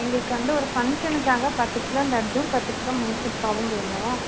எங்களுக்கு வந்து ஒரு ஃபங்க்ஷனுக்காக பத்து கிலோ லட்டும் பத்து கிலோ மைசூர்பாகும் வேணும்